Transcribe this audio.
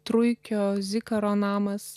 truikio zikaro namas